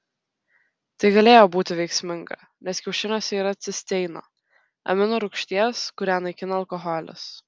tai galėjo būti veiksminga nes kiaušiniuose yra cisteino amino rūgšties kurią naikina alkoholis